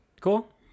Cool